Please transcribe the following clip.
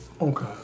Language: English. okay